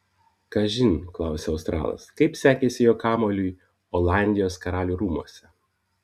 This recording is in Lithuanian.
kažin klausia australas kaip sekėsi jo kamuoliui olandijos karalių rūmuose